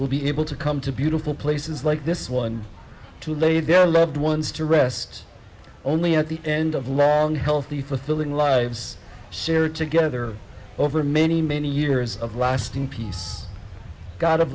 will be able to come to beautiful places like this one to lay their loved ones to rest only at the end of long healthy for thrilling lives shared together over many many years of lasting peace go